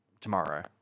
tomorrow